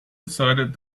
decided